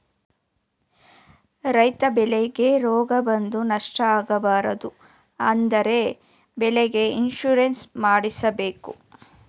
ರೈತರ ಬೆಳೆಗೆ ರೋಗ ಬಂದು ನಷ್ಟ ಆಗಬಾರದು ಅಂದ್ರೆ ಬೆಳೆಗೆ ಇನ್ಸೂರೆನ್ಸ್ ಮಾಡ್ದಸ್ಸಬೇಕು